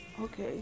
okay